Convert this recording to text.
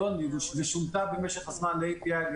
היא הגבירה לי -- זו פגיעה אנושה כי הנה,